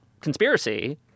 conspiracy